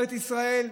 בארץ ישראל,